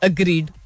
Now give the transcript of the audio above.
Agreed